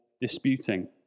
disputing